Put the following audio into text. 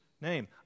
name